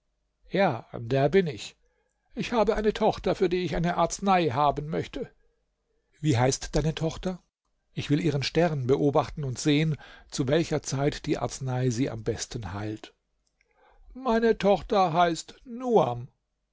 ja der bin ich ich habe eine tochter für die ich eine arznei haben möchte wie heißt deine tochter ich will ihren stern beobachten und sehen zu welcher zeit die arznei sie am besten heilt meine tochter heißt nuam